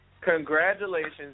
Congratulations